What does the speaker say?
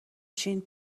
شیم